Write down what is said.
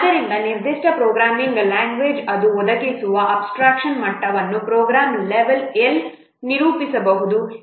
ಆದ್ದರಿಂದ ನಿರ್ದಿಷ್ಟ programming language ಅದು ಒದಗಿಸುವ ಅಬ್ಸ್ಟ್ರಾಕ್ಷನ್ ಮಟ್ಟವನ್ನು ಪ್ರೋಗ್ರಾಂ ಲೆವೆಲ್ L ಎಂದು ನಿರೂಪಿಸಬಹುದು